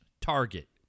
target